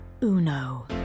Uno